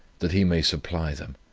that he may supply them.